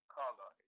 color